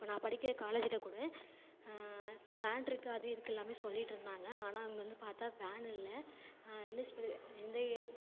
இப்போ நான் படிக்கின்ற காலேஜில் கூட வேன்ருக்கு அது இருக்குது எல்லாம் சொல்லிட்டுருந்தாங்க ஆனால் அங்கே வந்து பார்த்தா வேன் இல்லை எந்த எ